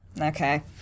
Okay